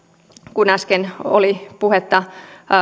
kun äsken oli puhetta